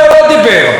הוא אמר: